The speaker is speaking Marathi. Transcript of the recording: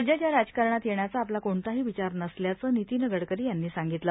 राज्याच्या राजकारणात येण्याचा आपला कोणताही विचार बसल्याचं वितीव गडकरी यांनी सांगितलं